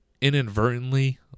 inadvertently